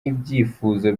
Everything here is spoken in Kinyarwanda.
ibyifuzo